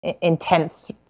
intense